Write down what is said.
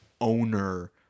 owner